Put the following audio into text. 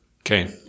Okay